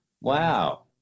Wow